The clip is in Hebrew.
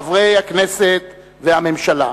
חברי הכנסת והממשלה,